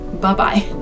bye-bye